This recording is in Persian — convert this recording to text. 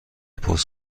پست